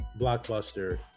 Blockbuster